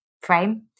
frame